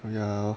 ya